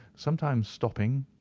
sometimes stopping,